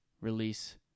release